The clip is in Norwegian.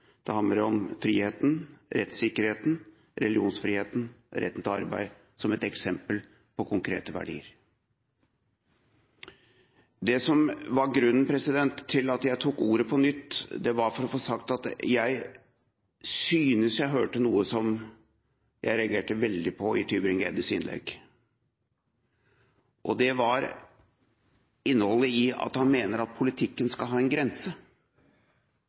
Det handler om rettferdigheten, likeverdet, friheten, rettssikkerheten, religionsfriheten og retten til arbeid – som eksempler på konkrete verdier. Grunnen til at jeg tok ordet på nytt, var for å få sagt at jeg syntes jeg hørte noe som jeg reagerte veldig på i Tybring-Gjeddes innlegg – innholdet i det at han mener at politikken skal ha en grense.